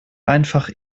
einfach